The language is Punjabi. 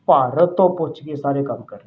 ਭਾਰਤ ਤੋਂ ਪੁੱਛ ਕੇ ਸਾਰੇ ਕੰਮ ਕਰ ਰਿਹਾ